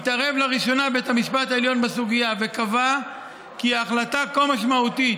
התערב לראשונה בית המשפט העליון בסוגיה וקבע כי החלטה כה משמעותית